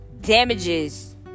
damages